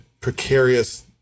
precarious